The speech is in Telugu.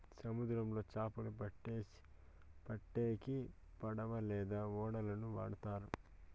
సముద్రంలో చాపలు పట్టేకి పడవ లేదా ఓడలను వాడుతారు